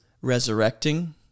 resurrecting